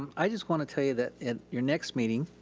i just want to tell you that at your next meeting,